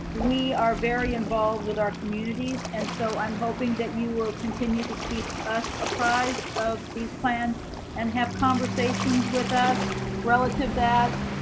we are very involved with our communities. and so, i'm hoping that you will continue to keep us apprised of these plans and have conversations with us relative to that.